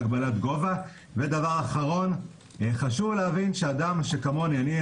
ודבר אחרון חשוב להבין שאדם כמוני,